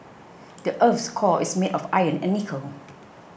the earth's core is made of iron and nickel